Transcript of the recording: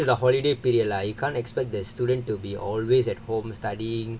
I mean this is a holiday period lah you can't expect the student to be always at home studying